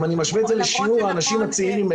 אם אני משווה את זה לשיעור האנשים הצעירים,